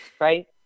right